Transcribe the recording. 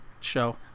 show